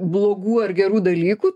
blogų ar gerų dalykų